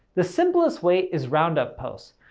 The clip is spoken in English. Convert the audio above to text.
the simplest way is roundup post.